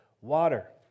water